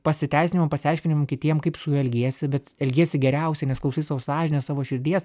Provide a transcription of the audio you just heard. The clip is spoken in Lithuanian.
pasiteisinimam pasiaiškinimam kitiem kaip su juo elgiesi bet elgiesi geriausiai nes klausai savo sąžinės savo širdies